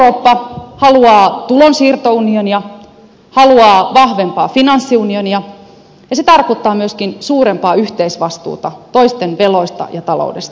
etelä eurooppa haluaa tulonsiirtounionia haluaa vahvempaa finanssiunionia ja se tarkoittaa myöskin suurempaa yhteisvastuuta toisten veloista ja taloudesta